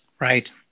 right